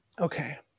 Okay